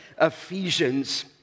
Ephesians